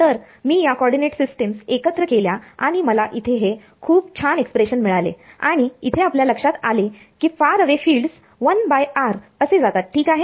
तर मी या कॉर्डीनेट सिस्टीम्स एकत्र केल्या आणि मला इथे हे खूप छान एक्सप्रेशन मिळाले आणि इथे आपल्याला लक्षात आले की फार अवे फिल्डस 1r असे जातात ठीक आहे